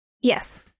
Yes